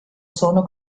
sono